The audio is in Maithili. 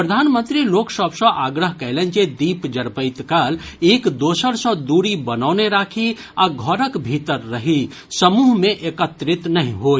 प्रधानमंत्री लोक सभ सँ आग्रह कयलनि जे दीप जरबैत काल एक दोसर सँ द्री बनौने राखी आ घरक भीतर रही समूह मे एकत्रित नहि होइ